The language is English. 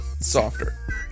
Softer